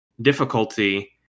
difficulty